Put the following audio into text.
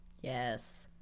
Yes